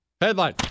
Headline